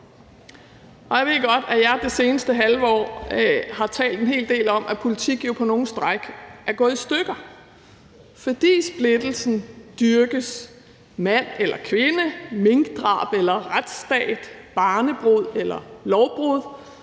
Og jeg ved godt, at jeg det seneste halve år har talt en hel del om, at politik jo på nogle stræk er gået i stykker, fordi splittelsen dyrkes, mand eller kvinde, minkdrab eller retsstat, barnebrud eller lovbrud.